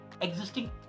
existing